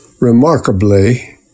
Remarkably